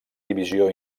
divisió